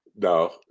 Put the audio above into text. No